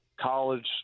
college